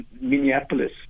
Minneapolis